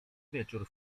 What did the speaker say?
wieczór